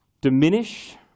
diminish